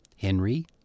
Henry